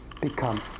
become